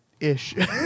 Ish